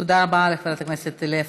תודה רבה לחברת הכנסת לאה פדידה,